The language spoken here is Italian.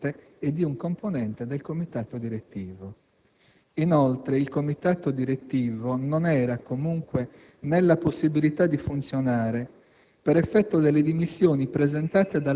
alla revoca del presidente uscente e di un componente del Comitato direttivo. Inoltre, il Comitato direttivo non era, comunque, nella possibilità di funzionare,